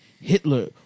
Hitler